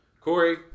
Corey